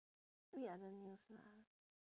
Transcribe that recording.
read other news lah